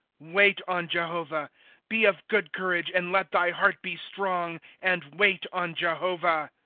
wait on jehovah be of good courage, and let thy heart be strong, and wait on jehovah.